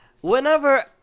Whenever